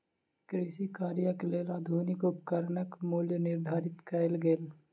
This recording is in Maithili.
कृषि कार्यक लेल आधुनिक उपकरणक मूल्य निर्धारित कयल गेल